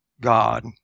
God